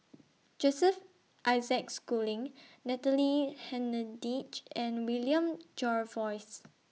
Joseph Isaac Schooling Natalie Hennedige and William Jervois